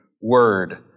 word